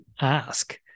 ask